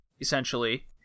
essentially